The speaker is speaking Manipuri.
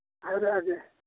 ꯍꯥꯏꯔꯛꯑꯒꯦ